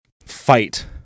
fight